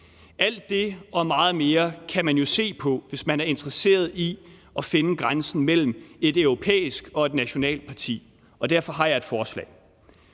Alt det og meget mere kan man jo se på, hvis man er interesseret i at finde grænsen mellem et europæisk og et nationalt parti – og derfor har jeg et forslag: